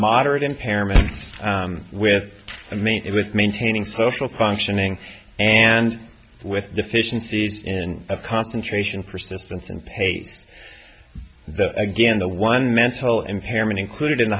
moderate impairment with me it was maintaining social functioning and with deficiencies in a concentration persistence and pay the again the one mental impairment included in the